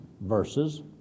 verses